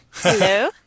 Hello